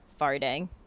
farting